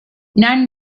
none